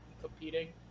competing